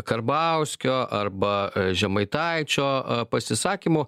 karbauskio arba žemaitaičio pasisakymų